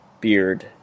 beard